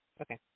okay